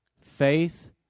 Faith